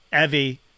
Evie